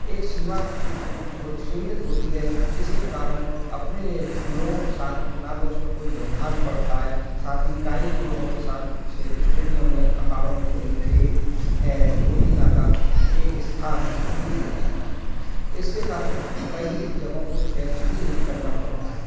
एक सीमा सीमित होती है जिसके कारण अपने लोगों के साथ ना तो उसमें कोई व्यवधान पड़ता है साथ ही काई लोगों के साथ छ स्टेडियम में अखाड़ों में खेलने से एक अ रोजाना का एक स्थान भी मिल जाता है इसके कारण कई जगहों को चैंज भी नहीं करना पड़ता है